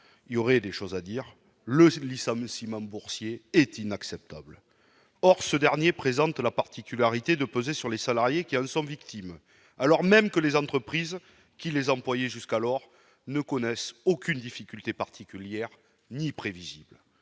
il y aurait des choses à dire le seul Issam Simone boursier est inacceptable, or ce dernier présente la particularité de peser sur les salariés qui, elles, sont victimes alors même que les entreprises qui les employait jusqu'alors ne connaissent aucune difficulté particulière ni prévisibles